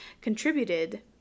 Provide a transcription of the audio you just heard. Contributed